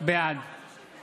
בעד בועז ביסמוט,